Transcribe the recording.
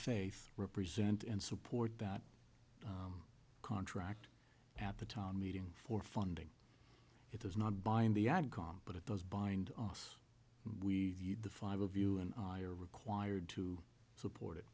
faith represent and support the contract at the town meeting for funding it is not buying the i've gone but it does bind us we the five of you and i are required to support